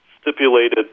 stipulated